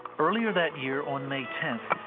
earlier that year, on may tenth,